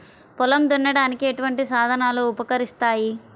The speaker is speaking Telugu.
పొలం దున్నడానికి ఎటువంటి సాధనలు ఉపకరిస్తాయి?